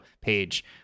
page